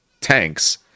tanks